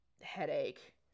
headache